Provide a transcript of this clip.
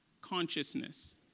consciousness